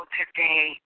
today